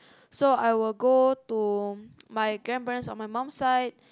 so I will go to my grandparents on my mum side